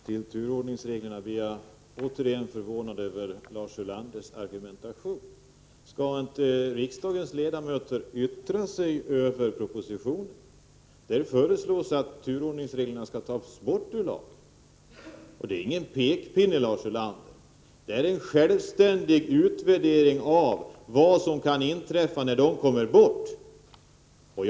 Herr talman! När det gäller turordningsreglerna blir jag återigen förvånad över Lars Ulanders argumentation. Skall inte riksdagens ledamöter yttra sig över propositionen? Där föreslås att turordningsreglerna skall tas bort ur lagen. Det är inte fråga om någon pekpinne, Lars Ulander, utan om en självständig utvärdering av vad som kan inträffa när turordningsreglerna tas bort.